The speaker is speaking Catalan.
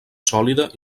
sòlida